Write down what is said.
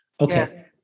Okay